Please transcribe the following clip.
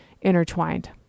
intertwined